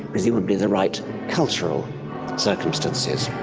presumably the right cultural circumstances.